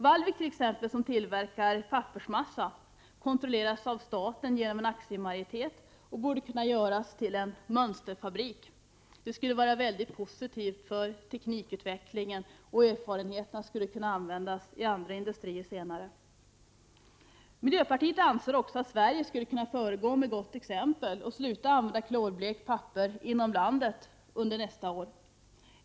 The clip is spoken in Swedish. Vallvik, t.ex., som tillverkar pappersmassa, kontrolleras av staten genom en aktiemajoritet och borde kunna göras till en mönsterfabrik. Det skulle vara positivt för teknikutvecklingen, och erfarenheterna skulle senare kunna användas inom andra industrier. Miljöpartiet anser också att Sverige skulle kunna gå före med gott exempel och sluta att använda klorblekt papper inom landet under nästa år.